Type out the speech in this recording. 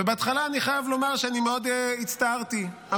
ובהתחלה, אני חייב לומר, הצטערתי מאוד.